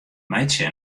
meitsje